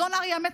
אדון אריה עמית,